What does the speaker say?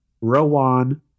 Rowan